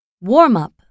Warm-up